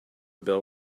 bell